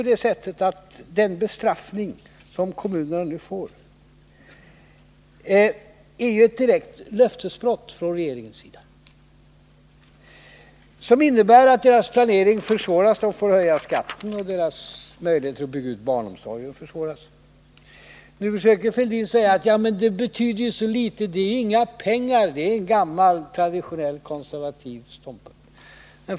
Den bestraffning som kommunerna nu får innebär ett direkt löftesbrott från regeringens sida. Härmed försvåras kommunernas planering. De måste höja kommunalskatten. Deras möjligheter att bygga ut barnomsorgen försvåras. Nu försöker herr Fälldin säga att det betyder så litet, att det är inga pengar. Men det är en gammal traditionell, konservativ ståndpunkt.